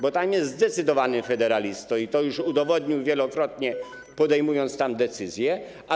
Bo tam jest zdecydowanym federalistą i to już udowodnił wielokrotnie, podejmując tam decyzje.